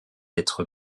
être